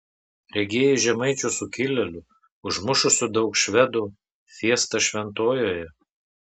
regėjai žemaičių sukilėlių užmušusių daug švedų fiestą šventojoje